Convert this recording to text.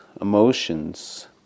emotions